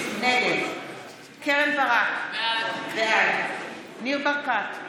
נגד קרן ברק, בעד ניר ברקת,